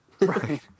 Right